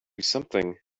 something